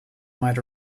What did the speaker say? might